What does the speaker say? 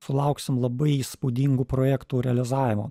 sulauksim labai įspūdingų projektų realizavimo